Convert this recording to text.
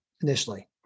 initially